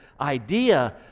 idea